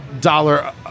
dollar